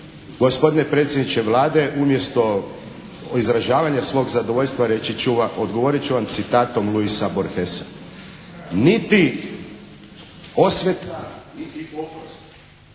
gospodine predsjedniče Vlade, umjesto izražavanja svog zadovoljstva reći ću vam, odgovorit ću vam citatom Luisa Borhesea. "Niti osveta niti oprost,